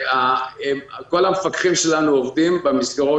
כל המפקחים שלנו עובדים במסגרות